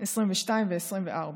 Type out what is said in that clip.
2022 ו-2024.